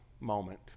moment